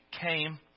came